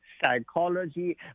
psychology